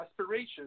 aspirations